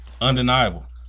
undeniable